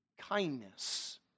kindness